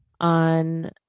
on